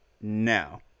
No